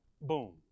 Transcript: boom